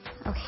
Okay